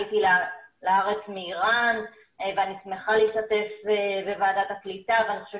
עליתי לארץ מאירן ואני שמחה להשתתף בוועדת הקליטה ואני חושבת